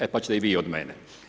E, pa ćete i vi od mene.